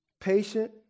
patient